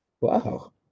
wow